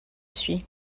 suis